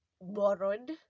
borrowed